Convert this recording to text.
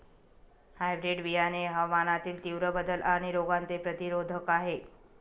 hybrid बियाणे हवामानातील तीव्र बदल आणि रोगांचे प्रतिरोधक आहे